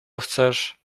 chcesz